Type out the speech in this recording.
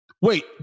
Wait